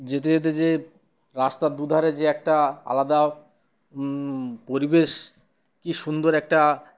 যেতে যেতে যে রাস্তার দুধারে যে একটা আলাদা পরিবেশ কি সুন্দর একটা